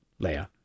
Leia